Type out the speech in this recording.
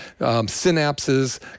synapses